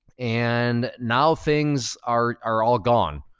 and now things are are all gone,